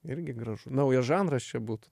irgi gražu naujas žanras čia būtų